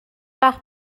وقت